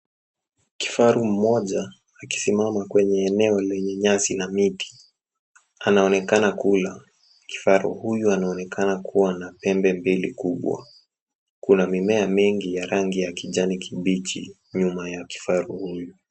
Kifaru mmoja akisimama kwenye eneo lenye nyasi na miti. Anaonekana kula. Kifaru huyu anaonekana kuwa na pembe mbili kubwa. Kuna mimea mingi ya rangi ya kijani kibichi nyuma ya kifaru huyu.